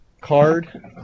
card